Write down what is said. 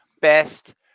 best